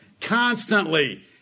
Constantly